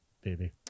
baby